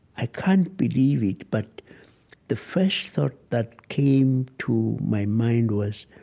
i can't believe it but the first thought that came to my mind was,